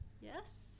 yes